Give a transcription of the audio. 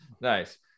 nice